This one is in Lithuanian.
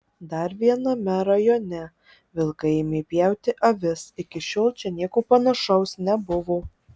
dar viename rajone vilkai ėmė pjauti avis iki šiol čia nieko panašaus nebuvo